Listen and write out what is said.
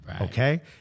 Okay